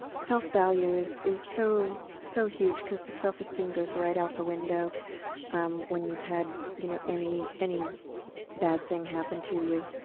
self-value is is so so huge because self-esteem goes right out the window when you've had you know any any bad thing happen to you.